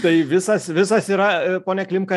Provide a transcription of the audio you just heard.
tai visas visas yra pone klimka